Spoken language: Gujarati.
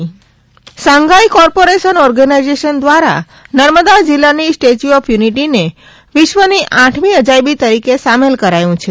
statue of unity Shanghai corporation organisation દ્વારા નર્મદા જીલ્લાની સ્ટેચ્યુ ઓફ યુનિટીને વિશ્વની આઠમી અજાયબી તરીકે સામેલ કરાયું છે